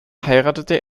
heiratete